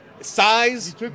size